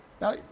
Now